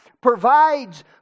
provides